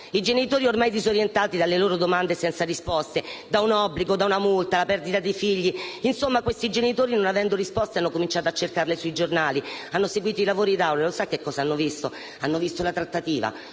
I genitori sono ormai disorientati dalle loro domande senza risposte, da un obbligo, una multa o dalla possibile perdita dei figli; insomma, questi genitori, non avendo risposte hanno cominciato a cercarle sui giornali, hanno seguito i lavori d'Aula e lo sa che cosa hanno visto? Hanno visto una trattativa